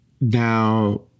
now